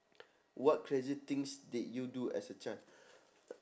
what crazy things did you do as a child